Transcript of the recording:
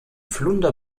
flunder